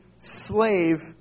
slave